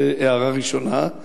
זו הערה ראשונה.